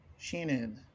Sheenan